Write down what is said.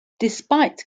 despite